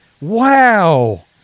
Wow